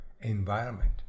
environment